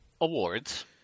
awards